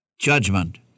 judgment